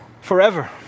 forever